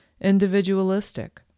individualistic